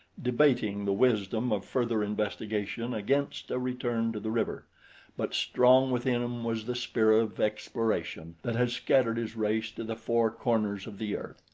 debating the wisdom of further investigation against a return to the river but strong within him was the spirit of exploration that has scattered his race to the four corners of the earth.